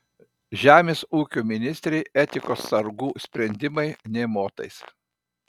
žemės ūkio ministrei etikos sargų sprendimai nė motais